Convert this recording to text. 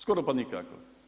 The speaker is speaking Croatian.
Skoro pa nikako.